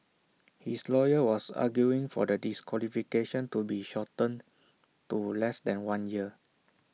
his lawyer was arguing for the disqualification to be shortened to less than one year